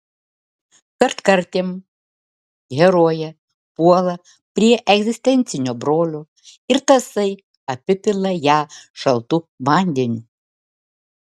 kartkartėm herojė puola prie egzistencinio brolio ir tasai apipila ją šaltu vandeniu